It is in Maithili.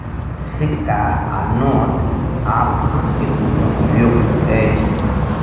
सिक्का आ नोट आब धन के रूप में उपयोग होइत अछि